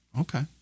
Okay